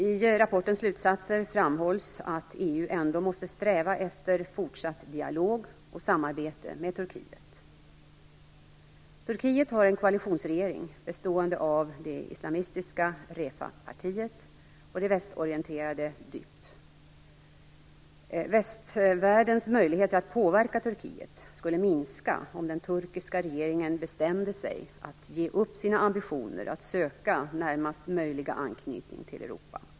I rapportens slutsatser framhålls att EU ändå måste sträva efter fortsatt dialog och samarbete med Turkiet. Turkiet har en koalitionsregering bestående av det islamistiska REFAH-partiet och det västorienterade DYP. Västvärldens möjligheter att påverka Turkiet skulle minska om den turkiska regeringen bestämde sig för att ge upp sina ambitioner att söka närmast möjliga anknytning till Europa.